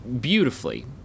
beautifully